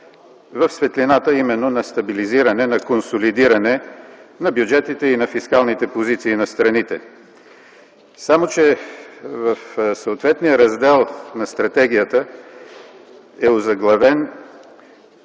в светлината именно на стабилизиране, на консолидиране на бюджетите и на фискалните позиции на страните. Само че съответният раздел на стратегията е озаглавен